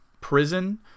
Prison